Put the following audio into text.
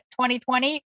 2020